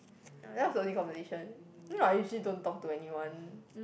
that was the only conversation if not I usually don't talk to anyone